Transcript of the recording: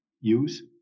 use